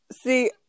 see